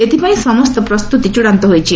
ଏଥିପାଇଁ ସମସ୍ତ ପ୍ରସ୍ତୁତି ଚୂଡ଼ାନ୍ତ ହୋଇଛି